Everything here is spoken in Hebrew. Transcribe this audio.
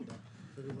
תודה.